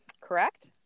correct